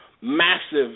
massive